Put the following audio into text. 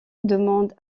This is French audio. demande